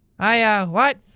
i ah. what?